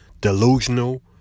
delusional